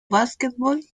básquetbol